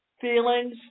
feelings